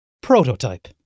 prototype